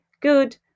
good